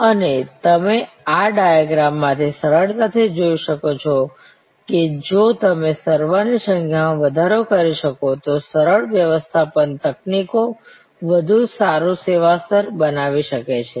અને તમે આ ડાઈગ્રમ માંથી સરળતાથી જોઈ શકો છો કે જો તમે સર્વર ની સંખ્યામાં વધારો કરી શકો તો સરળ વ્યવસ્થાપન તકનીકો વધુ સારું સેવા સ્તર બનાવી શકે છે